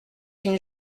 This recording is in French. une